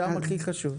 שם הכי חשוב.